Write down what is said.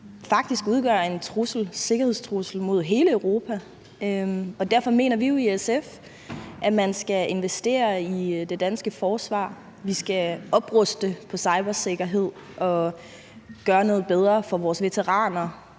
faktisk udgør en sikkerhedstrussel mod hele Europa. Derfor mener vi jo i SF, at man skal investere i det danske forsvar. Vi skal opruste på cybersikkerhed, gøre noget bedre for vores veteraner,